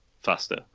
faster